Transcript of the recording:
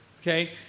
okay